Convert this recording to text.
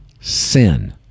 sin